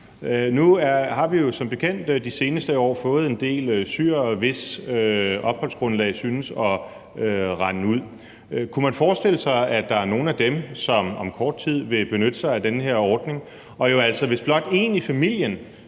bekendt de seneste år fået en del syrere, hvis opholdsgrundlag synes at være ved at falde bort, kunne man forestille sig, at der er nogle af dem, som om kort tid vil benytte sig af den her ordning, hvor det jo altså